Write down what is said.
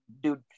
dude